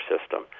system